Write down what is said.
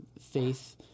faith